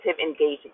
engaging